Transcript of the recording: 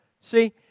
see